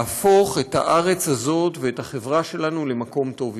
להפוך את הארץ הזאת ואת החברה שלנו למקום טוב יותר.